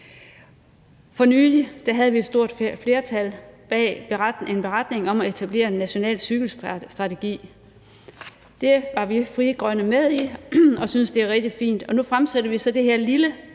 For nylig havde vi et stort flertal bag en beretning om at etablere en national cykelstrategi. Det var vi Frie Grønne med i, og vi synes, det er rigtig fint.